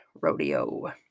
rodeo